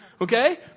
Okay